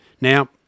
Now